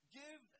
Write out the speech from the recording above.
give